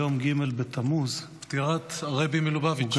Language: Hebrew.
היום ג' בתמוז -- פטירת הרבי מלובביץ'.